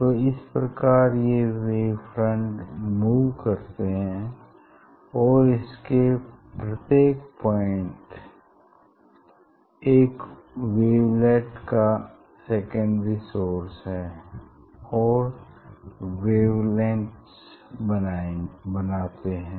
तो इस प्रकार ये वेव फ्रंट मूव करते हैं और इनके प्रत्येक पॉइंट एक ववेलेट का सेकेंडरी सोर्स है और ववेलेंट्स बनाते हैं